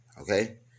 okay